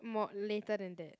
more later than that